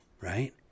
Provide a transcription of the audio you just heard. Right